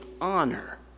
honor